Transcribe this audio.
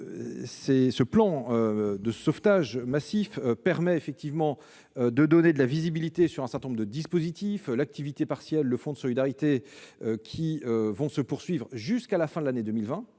Ce plan de sauvetage massif permet de donner de la visibilité à un certain nombre de dispositifs : l'activité partielle et le fonds de solidarité se poursuivront jusqu'à la fin de l'année 2020,